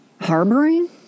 harboring